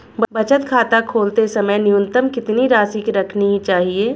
बचत खाता खोलते समय न्यूनतम कितनी राशि रखनी चाहिए?